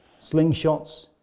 slingshots